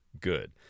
good